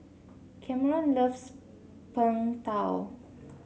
Kameron loves Png Tao